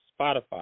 Spotify